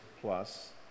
plus